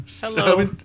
Hello